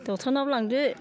ड'क्टरनाव लांदो